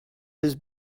his